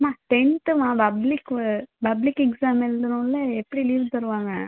அம்மா டென்த்தும்மா பப்ளிக்கு பப்ளிக் எக்ஸாம் எழுதணும்ல எப்படி லீவ் தருவாங்கள்